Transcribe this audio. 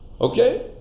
Okay